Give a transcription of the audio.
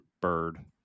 Bird